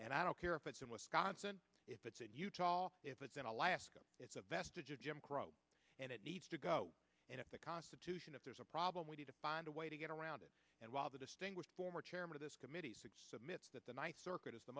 and i don't care if it's in wisconsin if it's in utah if it's in alaska it's a vestige of jim crow and it needs to go and if the constitution if there's a problem we need to find a way to get around it and while the distinguished former chairman of this committee submit that the ninth circuit is the